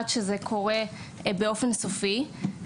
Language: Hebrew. עד שזה קורה באופן סופי.